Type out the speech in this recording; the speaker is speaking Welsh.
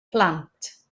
plant